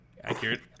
Accurate